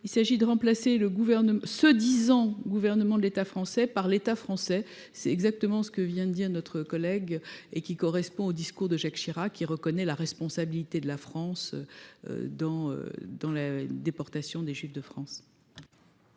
Il s'agit de remplacer le gouvernement se disant gouvernement de l'État français par l'État français, c'est exactement ce que vient de dire notre collègue et qui correspond au discours de Jacques Chirac, il reconnaît la responsabilité de la France. Dans dans la déportation des juifs de France.